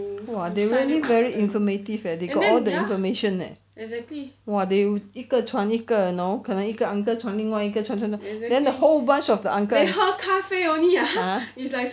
!wah! they suddenly very informative leh they got all the information eh !wah! they 一个传一个 you know 可能一个 uncle 传另外一个传传传 then the whole bunch of uncle ah